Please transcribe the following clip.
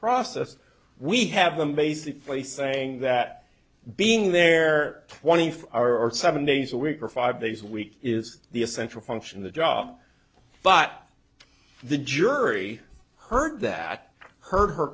process we have them basically saying that being there twenty four hour or seven days a week for five days a week is the essential function the job but the jury heard that heard her